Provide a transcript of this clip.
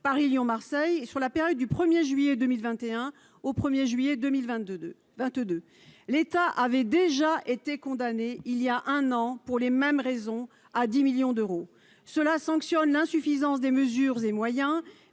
Paris, Lyon, Marseille et sur la période du 1er juillet 2021 au 1er juillet 2022 22, l'État avait déjà été condamné il y a un an, pour les mêmes raisons, à 10 millions d'euros cela sanctionne l'insuffisance des mesures et moyens